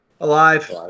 Alive